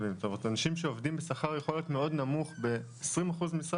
-- אנשים שעובדים בשכר יכול להיות מאוד נמוך ב-20% משרה